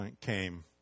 came